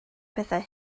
pethau